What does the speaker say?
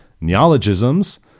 neologisms